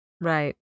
Right